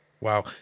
Wow